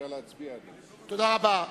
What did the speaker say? תודה רבה.